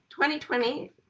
2020